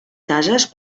cases